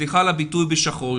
סליחה על הביטוי בשחור,